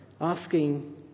asking